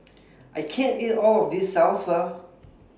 I can't eat All of This Salsa